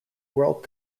world